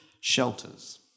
shelters